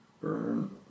Burn